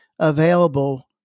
available